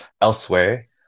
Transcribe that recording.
elsewhere